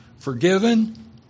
Forgiven